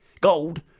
gold